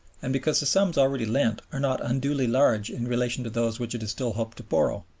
and because the sums already lent are not unduly large in relation to those which it is still hoped to borrow.